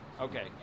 Okay